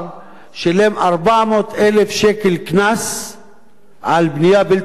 שילם 400,000 שקל קנס על בנייה בלתי חוקית,